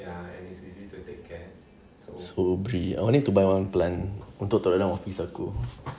I only need to buy one plant untuk taruh dalam office aku